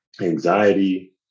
anxiety